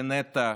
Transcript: נטע,